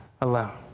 alone